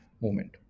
movement